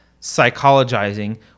psychologizing